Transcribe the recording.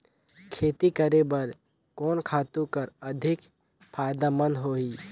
खेती करे बर कोन खातु हर अधिक फायदामंद होही?